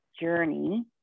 journey